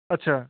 ਅੱਛਾ